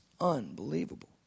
unbelievable